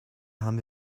haben